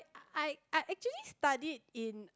I I actually studied in